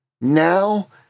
Now